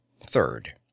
third